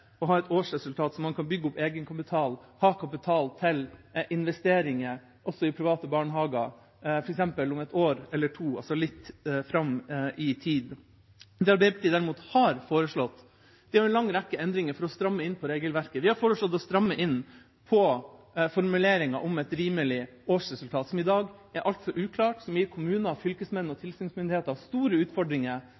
å ha et årsresultat så man kan bygge opp egenkapital, ha kapital til investeringer, også i private barnehager, f.eks. om ett år eller to, altså litt fram i tid. Det Arbeiderpartiet derimot har foreslått, er en lang rekke endringer for å stramme inn regelverket. Vi har foreslått å stramme inn på formuleringen om et rimelig årsresultat, som i dag er altfor uklart, som gir kommuner, fylkesmenn og